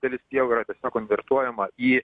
dalis pievų yra tiesiog konvertuojama į